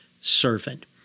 servant